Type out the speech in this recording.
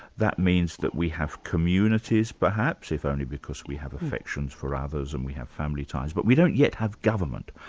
that means that we have communities communities perhaps, if only because we have affections for others and we have family times, but we don't yet have government.